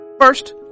First